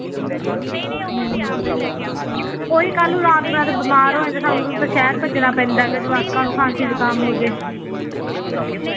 ਹਮ ਉਹੀ ਕੱਲ੍ਹ ਰਾਤ ਵੇਸੇ ਤਾਂ ਬਿਮਾਰ ਹੋ ਅਤੇ ਸਾਨੂੰ ਤਾਂ ਸ਼ਹਿਰ ਭੱਜਣਾ ਪੈਂਦਾ ਜਵਾਕਾਂ ਨੂੰ ਖਾਂਸੀ ਜੁਕਾਮ ਹੋ ਜੇ